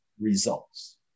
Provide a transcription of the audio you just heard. results